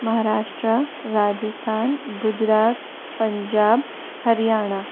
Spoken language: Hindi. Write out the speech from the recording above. महाराष्ट्र राजस्थान गुजरात पंजाब हरियाणा